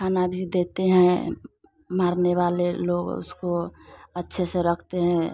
खाना भी देते हैं मारने वाले लोग जो है उसको अच्छे से रखते हैं